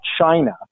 China